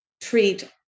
treat